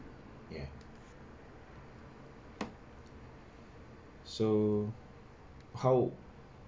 ya so how